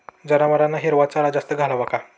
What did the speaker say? जनावरांना हिरवा चारा जास्त घालावा का?